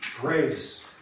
grace